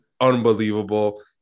unbelievable